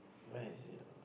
where is it ah